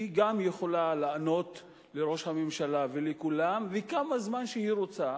וגם היא יכולה לענות לראש הממשלה ולכולם כמה זמן שהיא רוצה,